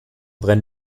brennen